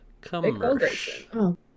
commercial